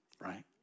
right